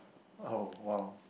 oh !wow!